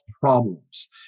problems